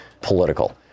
political